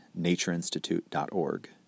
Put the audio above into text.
natureinstitute.org